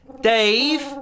Dave